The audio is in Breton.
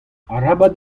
arabat